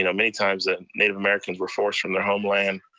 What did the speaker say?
you know many times native americans were forced from their homeland,